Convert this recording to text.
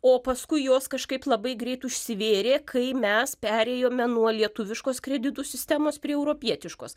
o paskui jos kažkaip labai greit užsivėrė kai mes perėjome nuo lietuviškos kreditų sistemos prie europietiškos